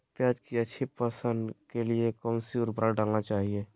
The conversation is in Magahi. प्याज की अच्छी पोषण के लिए कौन सी उर्वरक डालना चाइए?